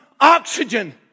oxygen